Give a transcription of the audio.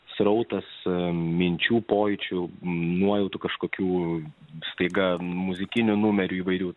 srautas minčių pojūčių nuojautų kažkokių staiga muzikinių numerių įvairių